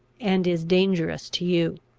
and is dangerous to you.